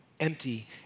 Empty